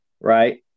right